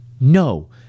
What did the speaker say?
No